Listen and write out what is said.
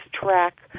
track